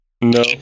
No